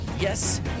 Yes